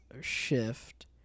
shift